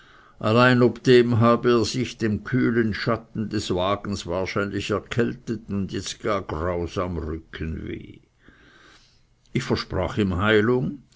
allein ob dem habe er sich in dem kühlen schatten des wagens wahrscheinlich erkältet und jetzt gar grausam rückenweh ich versprach ihm heilung